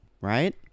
right